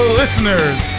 listeners